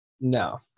No